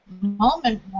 moment